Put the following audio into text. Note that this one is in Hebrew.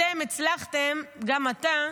אתם הצלחתם, גם אתה,